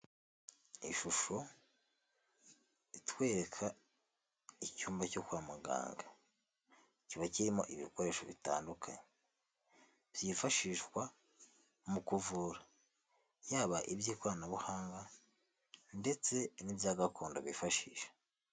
Ishusho itwereka icyumba cyo kwa muganga, kiba kirimo ibikoresho bitandukanye byifashishwa mu kuvura, yaba iby'ikoranabuhanga ndetse n'ibya gakondo bifashisha.